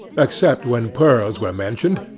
except when pearls were mentioned,